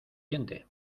diente